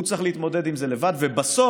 הוא צריך להתמודד עם זה לבד, ובסוף